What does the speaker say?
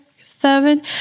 seven